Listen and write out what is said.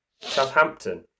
southampton